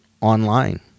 online